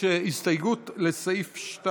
יש הסתייגות לסעיף 2. צריך להצביע על סעיף 1. צריך